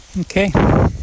Okay